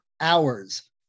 hours